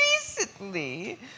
recently